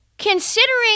Considering